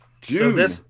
June